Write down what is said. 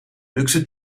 luxe